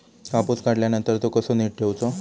कापूस काढल्यानंतर तो कसो नीट ठेवूचो?